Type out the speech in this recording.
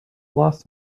loss